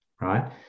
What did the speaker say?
Right